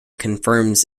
confirms